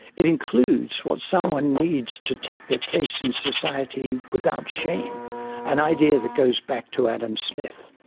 it includes what someone needs to take their place in society without shame' an idea that goes back to adam smith,